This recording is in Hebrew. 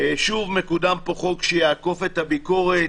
שוב, מקודם פה חוק שיעקוף את הביקורת.